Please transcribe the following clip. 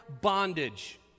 bondage